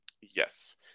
Yes